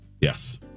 yes